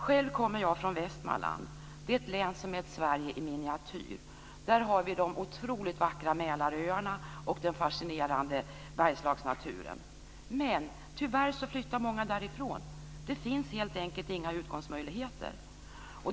Själv kommer jag från Västmanland, ett län som är ett Sverige i miniatyr. Där har vi de otroligt vackra Mälaröarna och den fascinerande Bergslagsnaturen. Men, tyvärr flyttar många därifrån. Det finns helt enkelt inga utkomstmöjligheter.